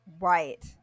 right